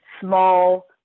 small